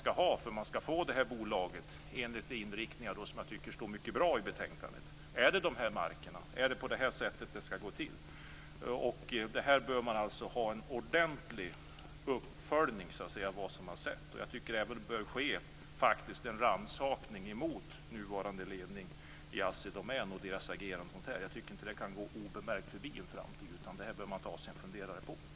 Skall bolaget ha just de här markerna enligt de inriktningar som jag tycker är mycket bra angivna i betänkandet? Skall det gå till på det här sättet? Man bör göra en ordentlig uppföljning av vad som har skett. Agerandet från Assi Domäns nuvarande ledning bör faktiskt rannsakas. Jag tycker inte att detta kan gå oförmärkt förbi i framtiden, utan man bör ta sig en funderare på detta.